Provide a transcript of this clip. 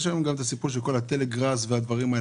יש היום גם את הסיפור של הטלגראס ודברים כאלה.